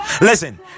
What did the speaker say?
listen